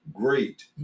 great